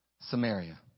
Samaria